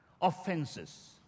offenses